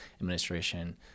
administration